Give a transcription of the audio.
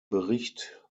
bericht